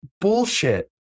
bullshit